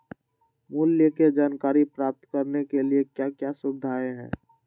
मूल्य के जानकारी प्राप्त करने के लिए क्या क्या सुविधाएं है?